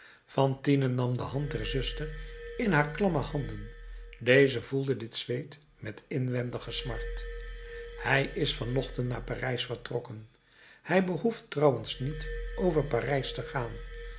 fantine nam de hand der zuster in haar klamme handen deze voelde dit zweet met inwendige smart hij is van ochtend naar parijs vertrokken hij behoeft trouwens niet over parijs te gaan